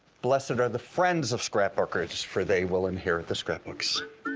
blessed are the friends of scrap bookers, for they will inherit the scrapbooks.